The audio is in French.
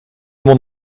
mon